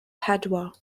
padua